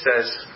says